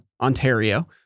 Ontario